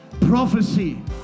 prophecy